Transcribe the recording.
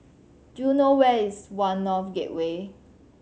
do you know where is One North Gateway